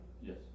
Yes